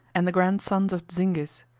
and the grandsons of zingis.